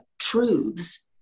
truths